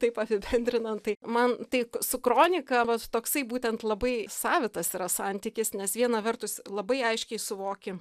taip apibendrinant tai man tai su kronika vat toksai būtent labai savitas yra santykis nes viena vertus labai aiškiai suvoki